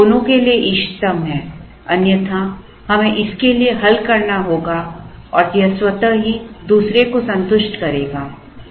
फिर यह दोनों के लिए इष्टतम है अन्यथा हमें इसके लिए हल करना होगा और यह स्वतः ही दूसरे को संतुष्ट करेगा